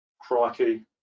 Crikey